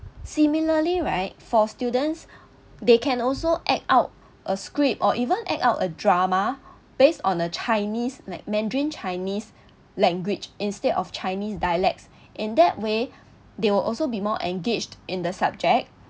similarly right for students they can also act out a script or even act out a drama based on a chinese man mandarin chinese language instead of chinese dialects in that way they will also be more engaged in the subject